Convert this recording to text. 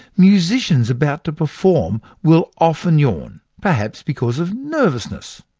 musicians about to perform will often yawn, perhaps because of nervousness.